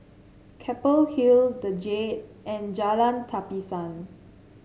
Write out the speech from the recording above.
Keppel Hill the Jade and Jalan Tapisan